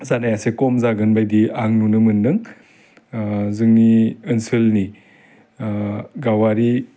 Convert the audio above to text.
जानाया एसे खम जागोन बायदि आं नुनो मोन्दों जोंनि ओनसोलनि गावारि